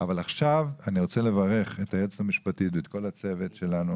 אבל עכשיו אני רוצה לברך את היועצת המשפטית ואת כל הצוות שלנו